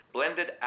Blended